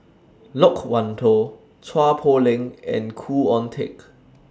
Loke Wan Tho Chua Poh Leng and Khoo Oon Teik